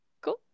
Cool